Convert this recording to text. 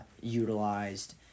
utilized